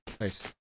Nice